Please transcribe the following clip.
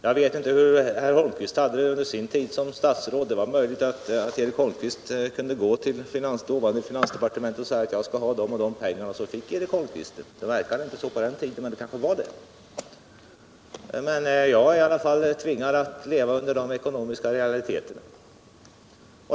Jag vet inte hur Eric Holmqvist hade det under sin tid som statsråd — det är möjligt att han kunde gå till dåvarande finansdepartementet och säga ”jag skall ha de och de pengarna”, och så fick Eric Holmqvist det. Det verkade inte så på den tiden, men det kanske var det. Jag är ialla fall tvingad att leva under de ekonomiska realiteterna.